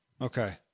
Okay